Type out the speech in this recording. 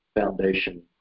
foundation